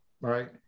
Right